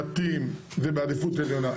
בתים זה בעדיפות עליונה,